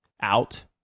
out